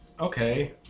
Okay